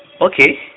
Okay